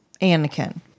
Anakin